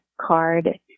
card